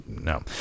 no